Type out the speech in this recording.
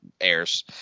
airs